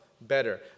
better